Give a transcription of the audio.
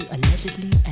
Allegedly